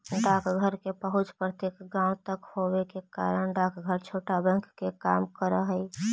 डाकघर के पहुंच प्रत्येक गांव तक होवे के कारण डाकघर छोटा बैंक के काम करऽ हइ